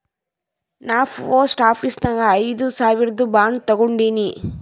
ನಾ post office ನಾಗ್ ಐಯ್ದ ಸಾವಿರ್ದು ಬಾಂಡ್ ತಗೊಂಡಿನಿ